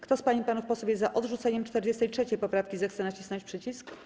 Kto z pań i panów posłów jest za odrzuceniem 43. poprawki, zechce nacisnąć przycisk.